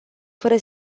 fără